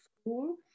school